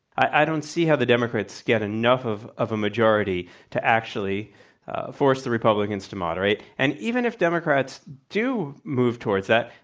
i don't see how the democrats get enough of of a majority to actually force the republicans to moderate. and even if democrats do move towards that,